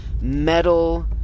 metal